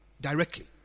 directly